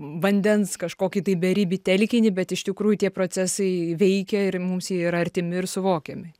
vandens kažkokį tai beribį telkinį bet iš tikrųjų tie procesai veikia ir mums jie yra artimi ir suvokiami